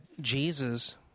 Jesus